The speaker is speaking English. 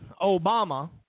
Obama